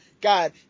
God